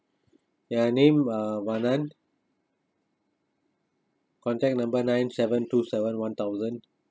ya name uh vanan contact number nine seven two seven one thousand